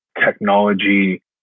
technology